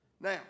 Now